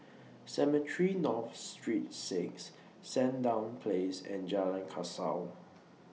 Cemetry North Sreet six Sandown Place and Jalan Kasau